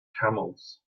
camels